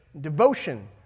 devotion